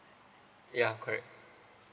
ya correct